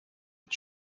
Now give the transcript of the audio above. est